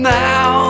now